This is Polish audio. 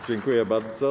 Dziękuję bardzo.